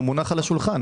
הוא מונח על השולחן.